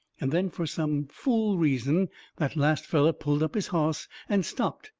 and then fur some fool reason that last feller pulled up his hoss and stopped.